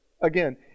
again